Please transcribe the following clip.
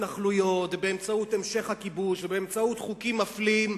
התנחלויות ובאמצעות המשך הכיבוש ובאמצעות חוקים מפלים,